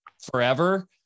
forever